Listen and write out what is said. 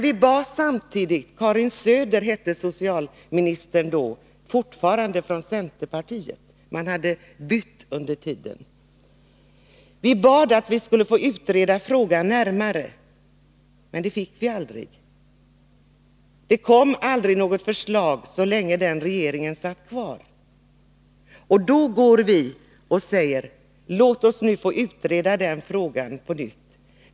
Vi bad samtidigt den dåvarande socialministern — Karin Söder, dvs. fortfarande en socialminister från centerpartiet, men man hade bytt under tiden — att vi skulle få utreda frågan närmare, men det fick vi aldrig. Det kom aldrig något förslag så länge den regeringen satt kvar. Då säger vi: Låt oss nu få utreda den frågan på nytt.